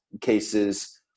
cases